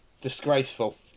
Disgraceful